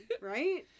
right